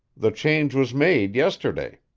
the change was made yesterday.